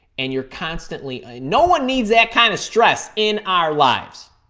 and you're constantly, no one needs that kind of stress in our lives.